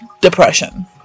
depression